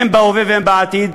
הן בהווה והן בעתיד.